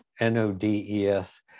N-O-D-E-S